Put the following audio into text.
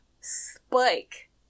Spike